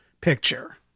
picture